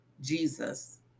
Jesus